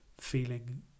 feeling